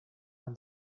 when